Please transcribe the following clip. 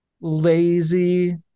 lazy